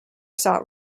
sought